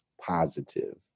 positive